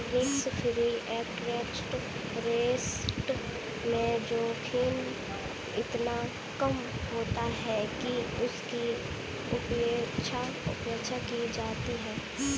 risk free interest rate में जोखिम इतना कम होता है कि उसकी उपेक्षा की जाती है